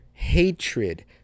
Hatred